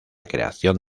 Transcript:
creación